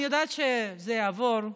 אני יודעת שזה יעבור.